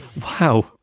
Wow